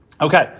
Okay